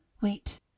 Wait